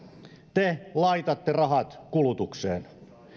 te laitatte rahat kulutukseen